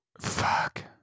Fuck